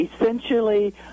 essentially